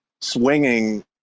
swinging